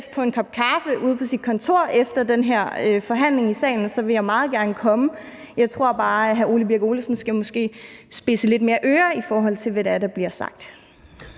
på en kop kaffe ude på sit kontor efter den her forhandling i salen, så vil jeg meget gerne komme. Jeg tror måske bare, at hr. Ole Birk Olesen skal spidse lidt mere ører i forhold til, hvad det er,